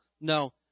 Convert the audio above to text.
No